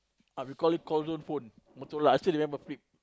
ah we call it call zone phone Motorola I still remember flip